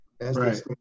Right